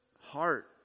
heart